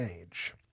age